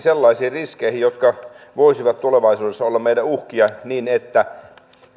sellaisiin riskeihin jotka voisivat tulevaisuudessa olla meidän uhkiamme niin että